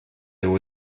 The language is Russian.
его